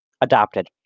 Adopted